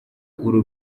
uru